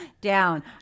down